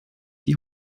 die